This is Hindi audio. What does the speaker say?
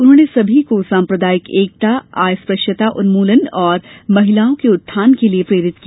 उन्होंने सभी को सम्प्रदायिक एकता अस्पृश्यता उन्मूलन और महिलाओं के उत्थान के लिये प्रेरित किया